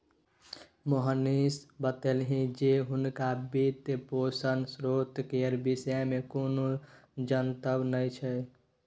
मोहनीश बतेलनि जे हुनका वित्तपोषणक स्रोत केर विषयमे कोनो जनतब नहि छै